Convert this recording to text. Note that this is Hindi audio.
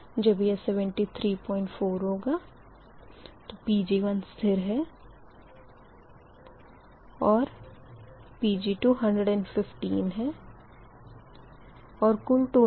जब यह 734 Pg1 स्थिर है और 115 Pg2 है और कुल 295